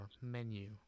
menu